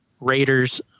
Raiders